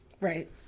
Right